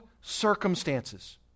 circumstances